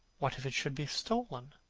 what if it should be stolen?